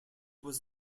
was